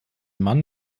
mann